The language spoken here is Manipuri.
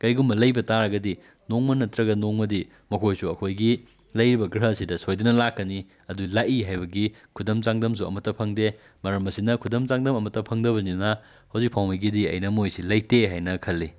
ꯀꯔꯤꯒꯨꯝꯕ ꯂꯩꯕ ꯇꯥꯔꯒꯗꯤ ꯅꯣꯡꯃꯥ ꯅꯠꯇ꯭ꯔꯒ ꯅꯣꯡꯃꯗꯤ ꯃꯈꯣꯏꯁꯨ ꯑꯩꯈꯣꯏꯒꯤ ꯂꯩꯔꯤꯕ ꯒ꯭ꯔꯍꯁꯤꯗ ꯁꯣꯏꯗꯅ ꯂꯥꯛꯀꯅꯤ ꯑꯗꯨ ꯂꯥꯛꯏ ꯍꯥꯏꯕꯒꯤ ꯈꯨꯗꯝ ꯆꯥꯡꯗꯝꯁꯨ ꯑꯃꯇ ꯐꯪꯗꯦ ꯃꯔꯝ ꯑꯁꯤꯅ ꯈꯨꯗꯝ ꯆꯥꯡꯗꯝ ꯑꯃꯇ ꯐꯪꯗꯕꯅꯤꯅ ꯍꯧꯖꯤꯛ ꯐꯥꯎꯉꯩꯒꯤꯗꯤ ꯑꯩꯅ ꯃꯣꯏꯁꯤ ꯂꯩꯇꯦ ꯍꯥꯏꯅ ꯈꯜꯂꯤ